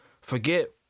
forget